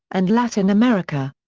and latin america.